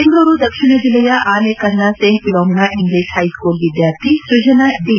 ಬೆಂಗಳೂರು ದಕ್ಷಿಣ ಜಿಲ್ಲೆಯ ಆನೇಕಲ್ನ ಸೆಂಟ್ ಫಿಲೋಮಿನಾ ಇಂಗ್ಲೀಷ್ ಹೈಸ್ಕೂಲ್ ವಿದ್ಯಾರ್ಥಿ ಸೃಜನಾ ದಿ